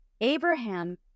Abraham